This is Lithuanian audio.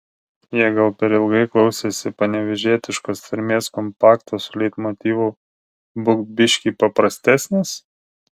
jie gal per ilgai klausėsi panevėžietiškos tarmės kompakto su leitmotyvu būk biškį paprastesnis